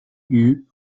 eut